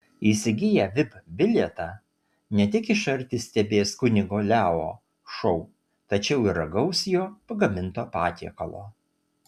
įsigiję vip bilietą ne tik iš arti stebės kunigo leo šou tačiau ir ragaus jo pagaminto patiekalo